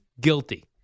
Guilty